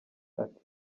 ati